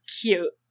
cute